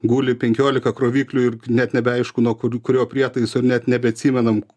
guli penkiolika kroviklių ir net nebeaišku nuo kurio prietaiso net nebeatsimenam